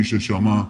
מי ששמע,